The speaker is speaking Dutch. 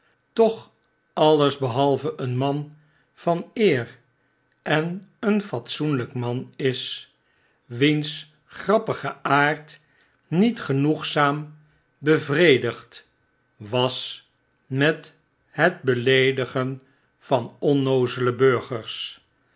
toch alles behalve een man van eer en een fatsoenljjk man is wiens grappige aard niet genoegzaam bevredigd was met bet beleedigen van onnoozele burgers